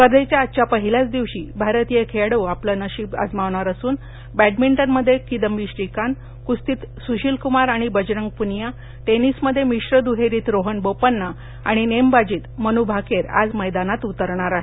स्पर्धेच्या आजच्या पहिल्याच दिवशी भारतीय खेळाडू आपलं नशीब अजमावणार असून बद्धमिंटनमध्ये किदंबी श्रीकांत कुस्तीत सुशीलकुमार आणि बजरंग पुनिया टेनिसमध्ये मिश्र दुहेरीत रोहन बोपन्ना आणि नेमबाजीत मनू भाकेर आज मैदानात उतरणार आहेत